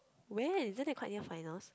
when isn't that quite near finals